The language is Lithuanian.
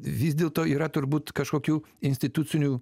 vis dėlto yra turbūt kažkokių institucinių